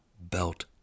Belt